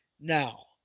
Now